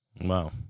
Wow